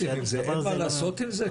אין מה לעשות עם זה?